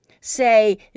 say